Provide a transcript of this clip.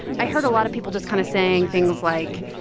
i heard a lot of people just kind of saying things like,